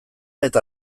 eta